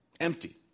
Empty